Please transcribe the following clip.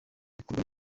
bikorwa